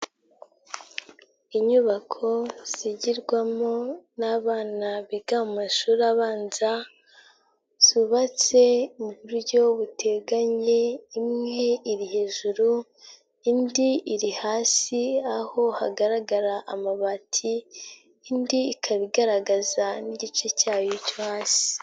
Inyubako zigirwamo n'abana biga mu mashuri abanza, zubatse mu buryo buteganye imwe iri hejuru ,indi iri hasi aho hagaragara amabati ,indi ikaba igaragaza n'igice cyayo cyo hasi.